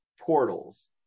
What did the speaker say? portals